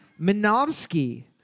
Minovsky